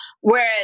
Whereas